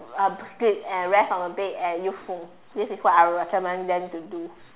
um sleep and rest on the bed and use phone this is what I will recommend them to do